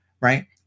right